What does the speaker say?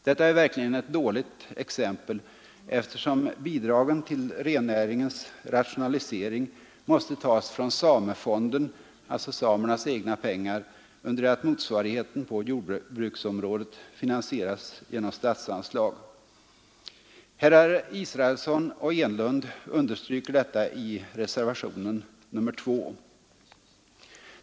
Detta är verkligen ett dåligt exempel, eftersom bidragen till rennäringens rationalisering måste tas från samefonden — alltså samernas egna pengar — under det att motsvarigheten på jordbruksområdet finansieras genom statsanslag. Herrar Israelsson och Enlund understryker detta i reservationen 2.